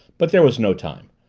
but there was no time.